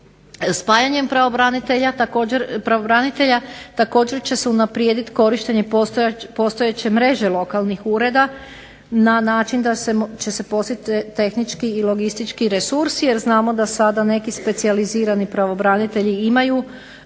Spajanjem pravobranitelja također će se unaprijediti korištenje postojeće mreže lokalnih ureda na način da će se postići tehnički i logistički resursi jer znamo da sada neki specijalizirani pravobranitelji imaju